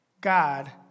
God